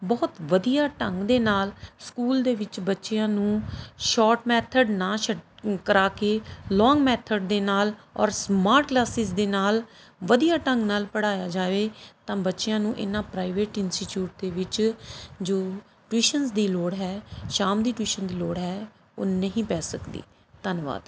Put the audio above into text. ਬਹੁਤ ਵਧੀਆ ਢੰਗ ਦੇ ਨਾਲ ਸਕੂਲ ਦੇ ਵਿੱਚ ਬੱਚਿਆਂ ਨੂੰ ਸ਼ੋਟ ਮੈਥਡ ਨਾ ਛਡ ਕਰਵਾ ਕੇ ਲੋਂਗ ਮੈਥਡ ਦੇ ਨਾਲ ਔਰ ਸਮਾਟ ਕਲਾਸਿਜ ਦੇ ਨਾਲ ਵਧੀਆ ਢੰਗ ਨਾਲ ਪੜ੍ਹਾਇਆ ਜਾਵੇ ਤਾਂ ਬੱਚਿਆਂ ਨੂੰ ਇਨ੍ਹਾਂ ਪ੍ਰਾਈਵੇਟ ਇੰਸਟੀਚਿਊਟ ਦੇ ਵਿੱਚ ਜੋ ਟਿਊਸ਼ਨਸ ਦੀ ਲੋੜ ਹੈ ਸ਼ਾਮ ਦੀ ਟਿਊਸ਼ਨ ਦੀ ਲੋੜ ਹੈ ਉਹ ਨਹੀਂ ਪੈ ਸਕਦੀ ਧੰਨਵਾਦ